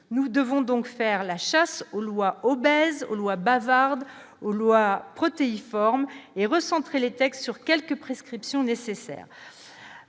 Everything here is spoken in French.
nous devons donc faire la chasse aux lois obèses aux lois bavardes aux lois protéiforme et recentrer les textes sur quelques prescriptions nécessaires,